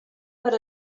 per